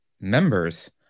members